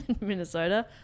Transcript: Minnesota